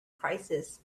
crisis